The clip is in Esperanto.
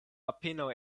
apenaŭ